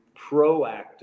proactive